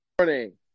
morning